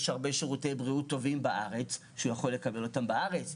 יש הרבה שירותי בריאות טובים בארץ שהוא יכול לקבל בארץ,